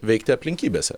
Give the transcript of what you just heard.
veikti aplinkybėse